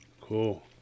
Cool